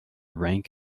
rank